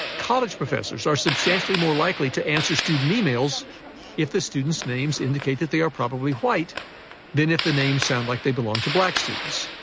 ah college professors are substantially more likely to answer student e-mails if the students' names indicate that they are probably white than if the names sound like they belong to black students.